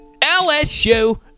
LSU